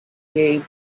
gave